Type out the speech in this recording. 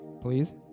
please